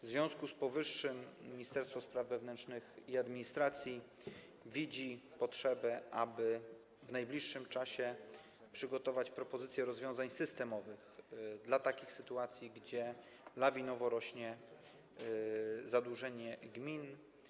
W związku z powyższym Ministerstwo Spraw Wewnętrznych i Administracji widzi potrzebę, aby w najbliższym czasie przygotować propozycję rozwiązań systemowych dla takich sytuacji, kiedy lawinowo rośnie zadłużenie gmin.